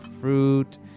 fruit